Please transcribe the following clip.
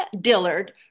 Dillard